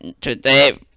today